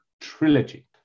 Trilogy